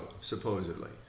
supposedly